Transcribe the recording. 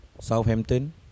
Southampton